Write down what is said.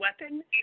weapon